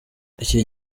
iki